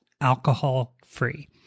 alcohol-free